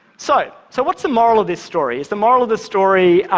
so so what's the moral of this story? is the moral of this story,